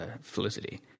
felicity